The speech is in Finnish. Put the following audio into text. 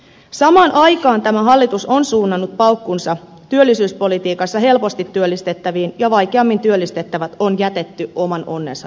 samaan aikaan tämä hallitus on suunnannut paukkunsa työllisyyspolitiikassa helposti työllistettäviin ja vaikeammin työllistettävät on jätetty oman onnensa nojaan